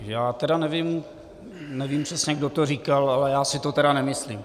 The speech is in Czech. Já tedy nevím přesně, kdo to říkal, ale já si to tedy nemyslím.